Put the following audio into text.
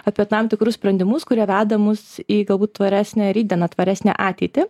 apie tam tikrus sprendimus kurie veda mus į galbūt tvaresnę rytdieną tvaresnę ateitį